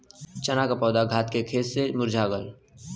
चन्ना क पौधा खेत के घास से मुरझा गयल